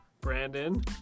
Brandon